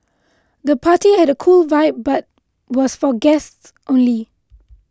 the party had a cool vibe but was for guests only